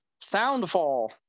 Soundfall